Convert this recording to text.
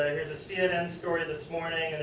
here is a cnn story this morning.